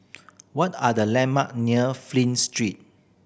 what are the landmark near Flint Street